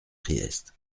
priest